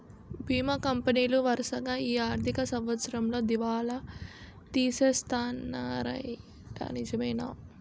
బీమా కంపెనీలు వరసగా ఈ ఆర్థిక సంవత్సరంలో దివాల తీసేస్తన్నాయ్యట నిజమేనా